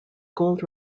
gold